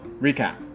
recap